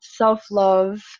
self-love